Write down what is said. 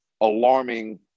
alarming